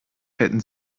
hätten